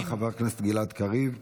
תודה רבה, חבר הכנסת גלעד קריב.